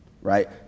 Right